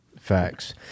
Facts